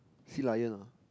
sealion ah